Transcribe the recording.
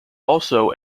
also